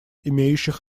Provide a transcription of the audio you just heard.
имеющих